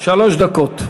שלוש דקות.